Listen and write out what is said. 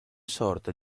sorta